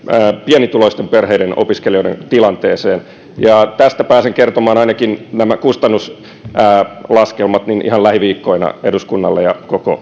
pienituloisten perheiden opiskelijoiden tilanteeseen tästä pääsen kertomaan ainakin nämä kustannuslaskelmat ihan lähiviikkoina eduskunnalle ja koko